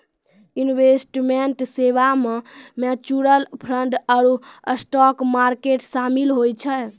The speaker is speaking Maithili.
इन्वेस्टमेंट सेबा मे म्यूचूअल फंड आरु स्टाक मार्केट शामिल होय छै